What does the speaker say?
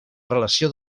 relació